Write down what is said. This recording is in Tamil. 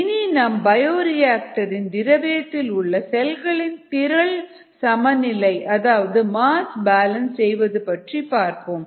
இனி நாம் பயோரியாக்டர் இன் திரவியத்தில் உள்ள செல்களின் திறள் சமநிலை அதாவது மாஸ் பேலன்ஸ் செய்வது பற்றி பார்ப்போம்